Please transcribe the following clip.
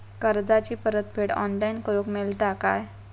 कर्जाची परत फेड ऑनलाइन करूक मेलता काय?